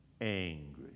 angry